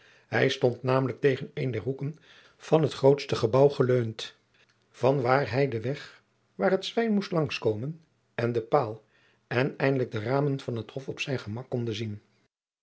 hij stond namelijk tegen een der hoeken van het groote gebouw geleend van waar hij en den weg waar het zwijn moest langs komen en den paal en eindelijk de ramen van het hof op zijn gemak konde zien